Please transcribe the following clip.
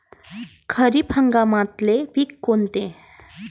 खरीप हंगामातले पिकं कोनते?